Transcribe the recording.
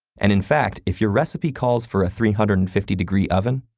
and, in fact, if your recipe calls for a three hundred and fifty degree oven,